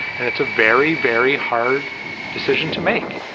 and it's a very, very hard decision to make.